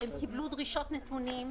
הם קיבלו דרישות נתונים,